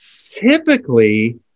typically